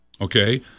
okay